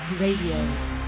Radio